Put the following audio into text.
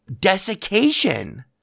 desiccation